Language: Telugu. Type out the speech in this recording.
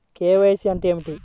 కే.వై.సి అంటే ఏమిటి?